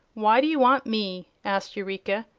why do you want me? asked eureka,